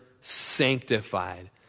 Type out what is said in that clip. sanctified